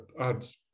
adds